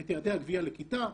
את יעדי הגביה לכיתה,